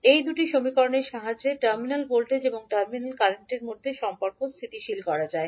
এই দুটি সমীকরণের সাহায্যে টার্মিনাল ভোল্টেজ এবং টার্মিনাল কারেন্টের মধ্যে সম্পর্ক স্থিতিশীল করা যায়